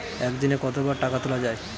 একদিনে কতবার টাকা তোলা য়ায়?